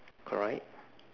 alright